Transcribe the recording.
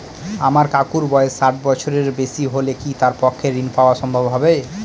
আমার কাকুর বয়স ষাট বছরের বেশি হলে কি তার পক্ষে ঋণ পাওয়া সম্ভব হবে?